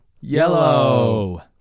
yellow